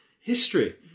history